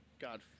God